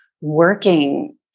working